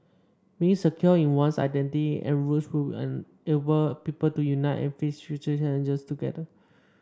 being secure in one's identity and roots will enable people to unite and face future challenges together